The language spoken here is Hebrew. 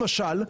למשל,